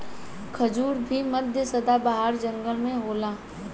खजूर भू मध्य सदाबाहर जंगल में होला